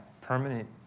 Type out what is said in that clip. permanent